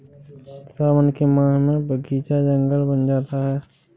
सावन के माह में बगीचा जंगल बन जाता है